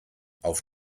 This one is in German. auf